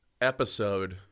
episode